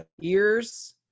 ears